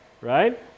right